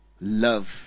love